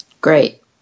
Great